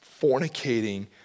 fornicating